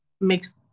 makes